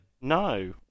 No